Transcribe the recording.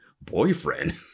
boyfriend